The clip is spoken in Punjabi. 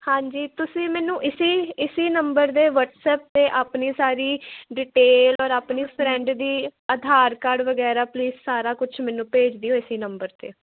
ਹਾਂਜੀ ਤੁਸੀਂ ਮੈਨੂੰ ਇਸੇ ਇਸੇ ਨੰਬਰ 'ਤੇ ਵਟਸਐਪ 'ਤੇ ਆਪਣੀ ਸਾਰੀ ਡਿਟੇਲ ਔਰ ਆਪਣੀ ਫਰੈਂਡ ਦੀ ਆਧਾਰ ਕਾਰਡ ਵਗੈਰਾ ਪਲੀਜ਼ ਸਾਰਾ ਕੁਝ ਮੈਨੂੰ ਭੇਜ ਦਿਓ ਇਸੀ ਨੰਬਰ 'ਤੇ